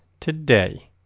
today